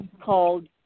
called